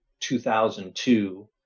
2002